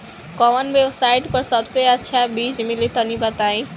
कवन वेबसाइट पर सबसे अच्छा बीज मिली तनि बताई?